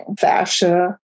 Fascia